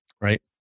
Right